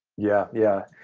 yeah, yeah.